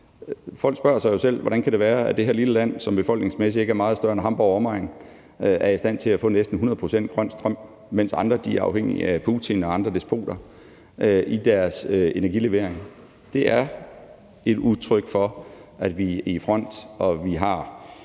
folk spørger jo sig selv: Hvordan kan det være, at det her lille land, som befolkningsmæssigt ikke er meget større end Hamborg og omegn, er i stand til at få næsten 100 pct. grøn strøm, mens andre er afhængige af Putin og andre despoter i deres energilevering? Det er et udtryk for, at vi er i front, og at